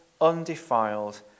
undefiled